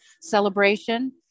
celebration